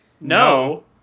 No